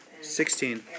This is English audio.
Sixteen